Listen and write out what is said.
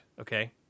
okay